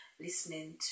listening